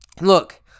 look